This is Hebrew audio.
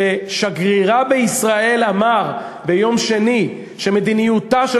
ששגרירה בישראל אמר ביום שני שמדיניותה של